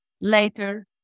later